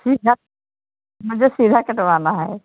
ठीक है मुझे सीधा कटवाना है